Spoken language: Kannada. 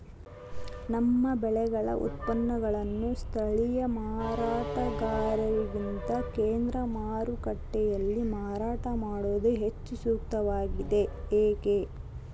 ನಮ್ಮ ಬೆಳೆಗಳ ಉತ್ಪನ್ನಗಳನ್ನು ಸ್ಥಳೇಯ ಮಾರಾಟಗಾರರಿಗಿಂತ ಕೇಂದ್ರ ಮಾರುಕಟ್ಟೆಯಲ್ಲಿ ಮಾರಾಟ ಮಾಡುವುದು ಹೆಚ್ಚು ಸೂಕ್ತವಾಗಿದೆ, ಏಕೆ?